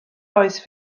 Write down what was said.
oes